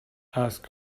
asked